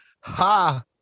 ha